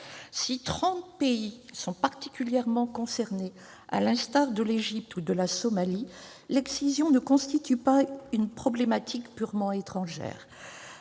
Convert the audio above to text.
Si trente pays sont particulièrement concernés à l'instar de l'Égypte ou de la Somalie, l'excision ne constitue pas une problématique purement étrangère